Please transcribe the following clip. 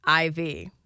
IV